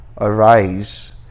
arise